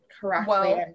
correctly